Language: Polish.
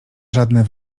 żadne